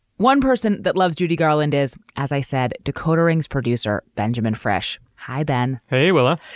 one person that loves judy garland is, as i said, dakota rings. producer, benjamin fresh. hi, ben. hey, willa.